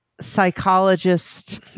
psychologist